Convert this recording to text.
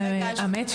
האמת,